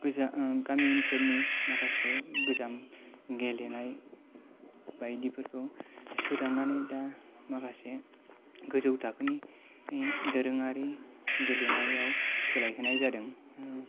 गोजा गामि ओनसोलनि माखासे गोजाम गेलेनाय बायदिफोरखौ सोदांनानै दा माखासे गोजौ थाखोनि दोरोङारि गेलेनायाव सोलायहोनाय जादों